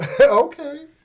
Okay